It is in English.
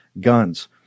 guns